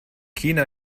china